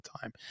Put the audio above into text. time